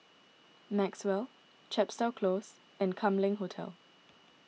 Maxwell Chepstow Close and Kam Leng Hotel